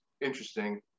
interesting